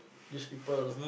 this people